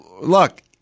look